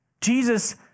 Jesus